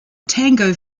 tango